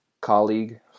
colleague